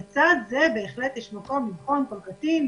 לצד זה, בהחלט יש מקום לבחון כל קטין.